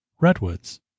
Redwoods